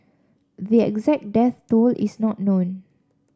the exact death toll is not known